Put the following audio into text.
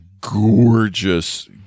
gorgeous